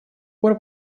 пор